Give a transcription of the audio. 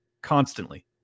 constantly